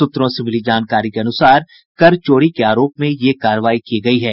सूत्रों से मिली जानकारी के अनसार कर चोरी के आरोप में ये कार्रवाई की गयी है